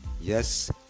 yes